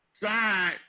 side